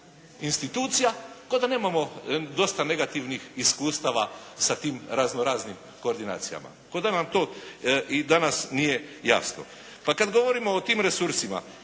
institucija, kao da nemamo dosta negativnih iskustava sa tim razno-raznim koordinacijama, kao da nam to i danas nije jasno. Pa kada govorimo o tim resursima,